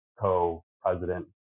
co-president